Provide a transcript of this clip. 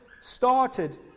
started